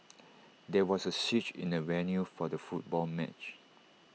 there was A switch in the venue for the football match